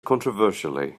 controversially